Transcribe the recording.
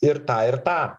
ir tą ir tą